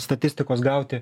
statistikos gauti